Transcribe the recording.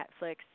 Netflix